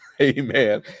Amen